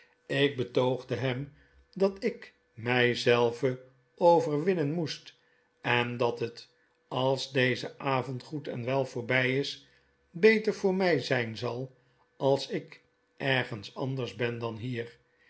ik betoogde hem dat ik my zelven overwinnen moest en dat het als deze avond goed en wel voorby is beter voor my zyn zal dat ik ergens anders ben dan hier